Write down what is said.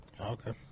Okay